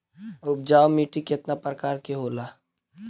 उपजाऊ माटी केतना प्रकार के होला?